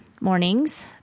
Mornings